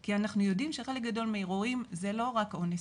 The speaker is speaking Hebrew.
כי אנחנו יודעים שחלק גדול מהאירועים זה לא רק אונס,